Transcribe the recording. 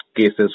cases